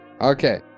Okay